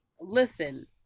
Listen